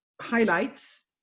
highlights